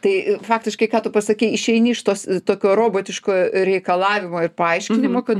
tai faktiškai ką tu pasakei išeini iš tos tokio robotiško reikalavimo ir paaiškinimo kad